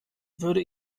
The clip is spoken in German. würde